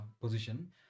position